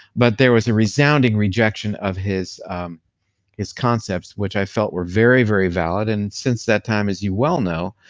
but there was a resounding rejection of his his concepts, which i felt were very, very valid, and since that time as you well know,